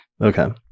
Okay